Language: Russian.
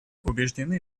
убеждены